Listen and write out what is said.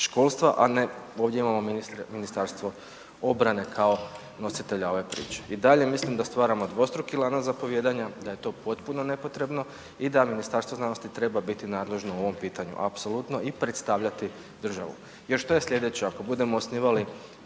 školstva, a ne ovdje imamo ministre Ministarstvo obrane kao nositelja ove priče. I dalje mislim da stvaramo dvostruki lanac zapovijedanja, da je to potpuno nepotrebno i da Ministarstvo znanosti treba biti nadležno u ovom pitanju apsolutno i predstavljati državu. Jer što je slijedeće? Ako budemo osnivali